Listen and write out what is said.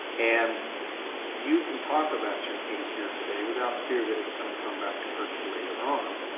and you can talk about your case here today without fear that it's going to come back to hurt you later on.